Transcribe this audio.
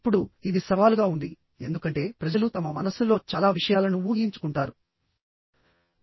ఇప్పుడు ఇది సవాలుగా ఉంది ఎందుకంటే ప్రజలు తమ మనస్సులో చాలా విషయాలను ఊహించుకుంటారు